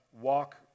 walk